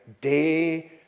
day